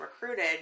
recruited